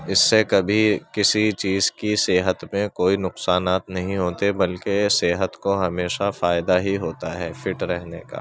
اس سے کبھی کسی چیز کی صحت میں کوئی نقصانات نہیں ہوتے بلکہ صحت کو ہمیشہ فائدہ ہی ہوتا ہے فٹ رہنے کا